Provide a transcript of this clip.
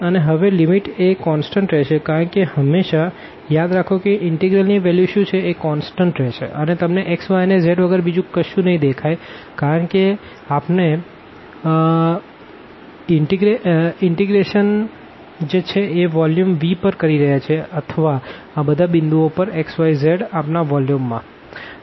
અને હવે લિમિટ એ કોન્સટન્ટ રેહશે કારણકે હંમેશા યાદ રાખો આ ઇનટેગ્રલ ની વેલ્યુ શું છે એ કોન્સટન્ટ રેહશે અને તમને x y અને z વગર બીજું કશું નહીં દેખાય કારણ કે આપણે ઇનટીગ્રેશન જે છે એ આ વોલ્યુમ V પર કરી રહ્યા છે અથવા આ બધા પોઈન્ટઓ પર xyz આપણા વોલ્યુમમાં